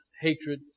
hatred